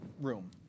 room